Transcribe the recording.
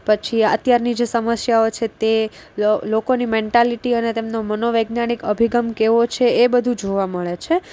પછી અત્યારની જે સમસ્યાઓ છે તે લોકોની મેન્ટાલીટી અને તેમનો મનોવૈજ્ઞાનિક અભિગમ કેવો છે એ બધું જોવા મળે છે